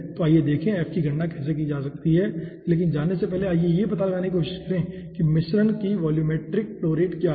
तो आइए देखें कि f की गणना कैसे की जा सकती है लेकिन जाने से पहले आइए यह पता लगाने की कोशिश करें कि मिश्रण वॉल्यूमेट्रिक फ्लो रेट क्या है